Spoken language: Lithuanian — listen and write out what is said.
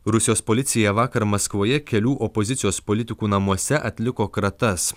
rusijos policija vakar maskvoje kelių opozicijos politikų namuose atliko kratas